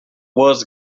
was